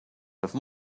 have